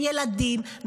ילדים,